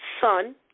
son